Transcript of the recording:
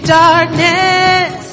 darkness